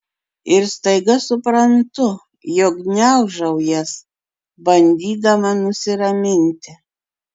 ir staiga suprantu jog gniaužau jas bandydama nusiraminti